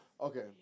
Okay